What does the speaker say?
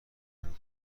کنم